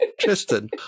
Tristan